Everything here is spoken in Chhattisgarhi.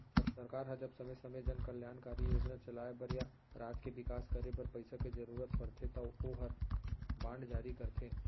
सरकार ह जब समे समे जन कल्यानकारी योजना चलाय बर या राज के बिकास करे बर पइसा के जरूरत परथे तौ ओहर बांड जारी करथे